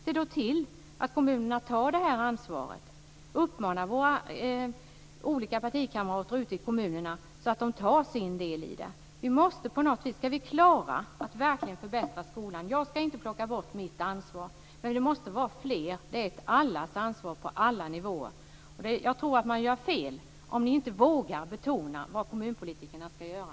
Se då till att kommunerna tar detta ansvar och uppmana våra olika partikamrater ute i kommunerna att ta sin del i detta. Om vi ska klara av att verkligen förbättra skolan ska jag inte ta bort mitt ansvar, men det måste vara fler som har ansvar. Alla på alla nivåer har ansvar för detta. Jag tror att ni gör fel om ni inte vågar betona vad kommunpolitikerna ska göra.